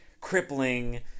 crippling